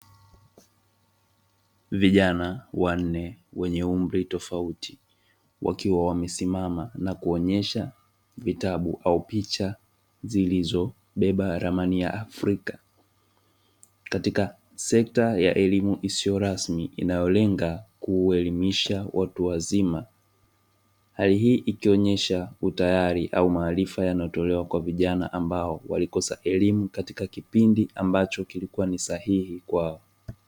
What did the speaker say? Vijana wanne wenye umri tofauti wakiwa wamesimama na kuonyesha vitabu au picha zilizobeba ramani ya Afrika. Katika sekta ya elimu isiyo rasmi inayolenga kuelimisha watu wazima, hali hii ikionyesha utayari au maarifa yanayotolewa kwa vijana ambao walikosa elimu katika kipindi ambacho kilikuwa ni sahihi kwao.